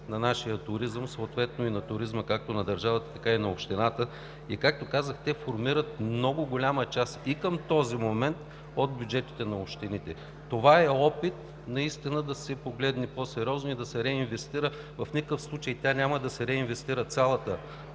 на нашия туризъм – както на държавата, така и на общината. Както казах, те формират много голяма част и към този момент от бюджетите на общините. Това е опит наистина да се погледне по-сериозно и да се реинвестира. В никакъв случай няма да се реинвестира целият